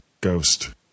ghost